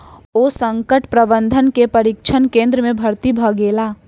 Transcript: ओ संकट प्रबंधन के प्रशिक्षण केंद्र में भर्ती भ गेला